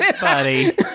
buddy